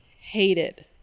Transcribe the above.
hated